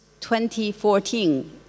2014